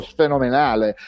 fenomenale